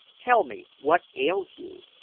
tell me what ails you?